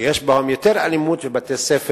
שיש בהם יותר אלימות ובתי-ספר